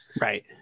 Right